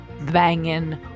banging